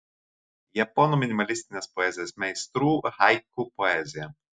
japonų minimalistinės poezijos meistrų haiku poezija